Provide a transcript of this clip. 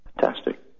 Fantastic